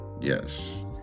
Yes